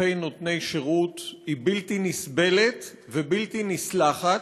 כלפי נותני שירות היא בלתי נסבלת ובלתי נסלחת,